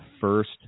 first